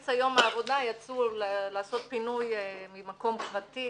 שבאמצע יום עבודה יצאו לעשות פינוי ממקום פרטי,